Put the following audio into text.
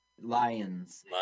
Lions